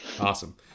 Awesome